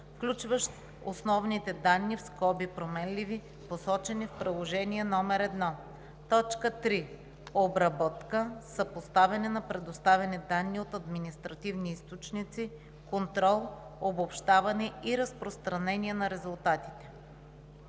включващ основните данни (променливи), посочени в приложение № 1; 3. обработка, съпоставяне на предоставени данни от административни източници, контрол, обобщаване и разпространение на резултатите.“